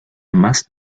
más